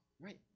Right